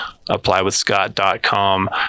applywithscott.com